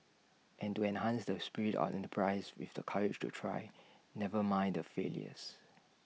and to enhance the spirit of enterprise with the courage to try never mind the failures